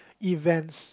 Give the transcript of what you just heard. events